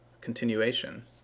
continuation